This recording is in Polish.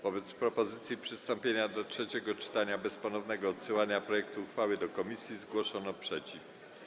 Wobec propozycji przystąpienia do trzeciego czytania bez ponownego odsyłania projektu uchwały do komisji zgłoszono sprzeciw.